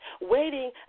waiting